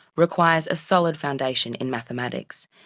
requires a solid foundation in mathematics.